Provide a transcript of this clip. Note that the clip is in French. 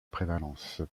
prévalence